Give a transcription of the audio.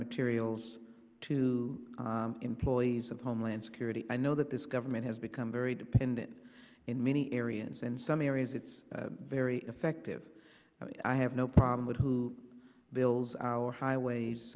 materials to employees of homeland security i know that this government has become very dependent in many areas and some areas it's very effective i have no problem with who builds our highways